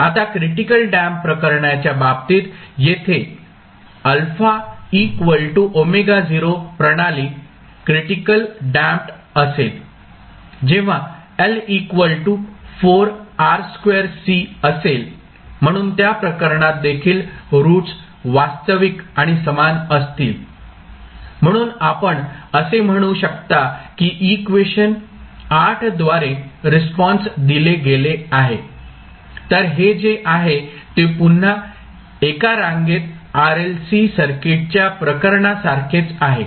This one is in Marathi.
आता क्रिटिकल डॅम्प्ड प्रकरणाच्या बाबतीत येथे प्रणाली क्रिटिकल डॅम्प्ड असेल जेव्हा असेल म्हणून त्या प्रकरणात देखील रूट्स वास्तविक आणि समान असतील म्हणून आपण असे म्हणू शकता की इक्वेशन द्वारे रिस्पॉन्स दिले गेले आहे तर हे जे आहे ते पुन्हा एका रांगेत RLC सर्किटच्या प्रकरणा सारखेच आहे